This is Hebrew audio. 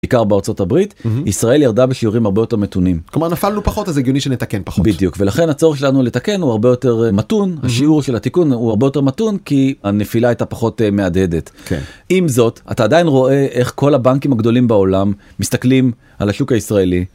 בעיקר בארצות הברית, ישראל ירדה בשיעורים הרבה יותר מתונים. כלומר נפלנו פחות אז הגיוני שנתקן פחות בדיוק ולכן הצורך שלנו לתקן הוא הרבה יותר מתון. שיעור של התיקון הוא הרבה יותר מתון, כי הנפילה הייתה פחות מהדהדת. עם זאת אתה עדיין רואה איך כל הבנקים הגדולים בעולם מסתכלים על השוק הישראלי.